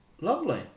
lovely